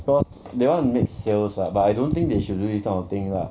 cause they want to make sales lah but I don't think they should do this kind of thing lah